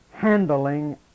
handling